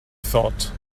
thought